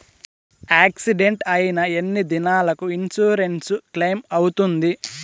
Accident అయిన ఎన్ని దినాలకు ఇన్సూరెన్సు క్లెయిమ్ అవుతుంది?